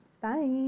Bye